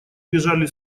бежали